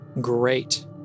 Great